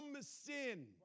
sin